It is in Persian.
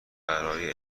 برای